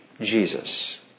Jesus